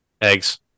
Eggs